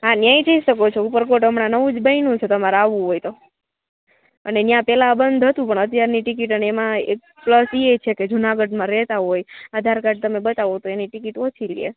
હા ન્યાંય જઈ શકો છો ઉપરકોટ હમણાં નવું જ બન્યું છે તમારે આવવું હોય તો અને ન્યાં પેલા બંધ હતું પણ અત્યારની ટિકિટ અને એમાં છે પ્લસ એ એ છે કે જૂનાગઢમાં રહેતા હોય તો આધારકાર્ડ બતાવો તો એની ટિકિટ ઓછી લે